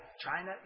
China